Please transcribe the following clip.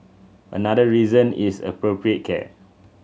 another reason is appropriate care